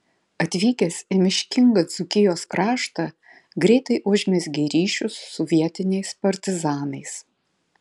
atvykęs į miškingą dzūkijos kraštą greitai užmezgė ryšius su vietiniais partizanais